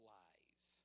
lies